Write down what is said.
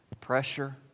pressure